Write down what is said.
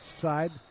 side